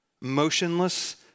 motionless